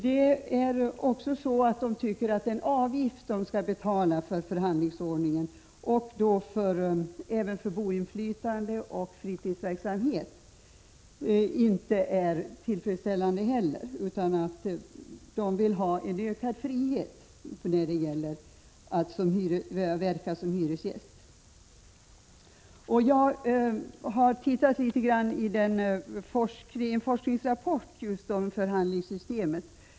De tycker också att den avgift de skall betala för förhandlingsordningen, och även för boinflytande och fritidsverksamhet, inte är tillfredsställande. De vill ha en ökad frihet när det gäller att verka som hyresgäster. Jag har tittat litet grand i en forskningsrapport om just förhandlingssystemet.